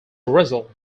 result